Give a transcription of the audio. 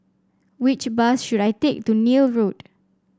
which bus should I take to Neil Road